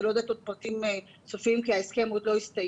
אני לא יודעת עוד פרטים סופיים כי ההסכם עוד לא הסתיים.